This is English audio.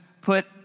put